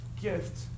gift